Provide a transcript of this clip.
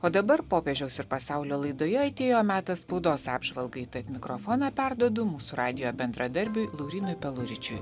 o dabar popiežiaus ir pasaulio laidoje atėjo metas spaudos apžvalgai tad mikrofoną perduodu mūsų radijo bendradarbiui laurynui peluričiui